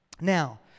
Now